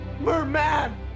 Merman